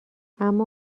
اما